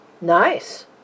Nice